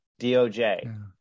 DOJ